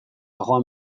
joan